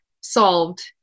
solved